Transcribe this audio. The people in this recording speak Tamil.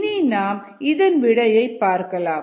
இனி நாம் இதன் விடையை பார்க்கலாம்